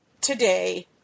today